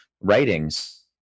writings